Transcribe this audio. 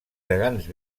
gegants